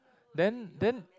then then